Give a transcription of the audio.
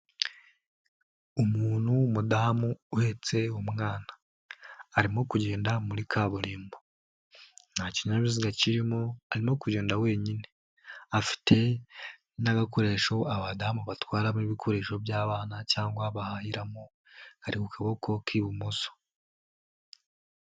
Umuntu w'umudamu uhetse umwana, arimo kugenda muri kaburimbo, nta kinyabiziga kirimo arimo kugenda wenyine, afite n'agakoresho abadamu batwaramo ibikoresho by'abana cyangwa bahahiramo kari mu kaboko k'ibumoso.